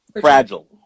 Fragile